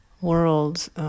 Worlds